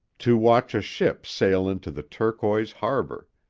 to watch a ship sail into the turquoise harbor.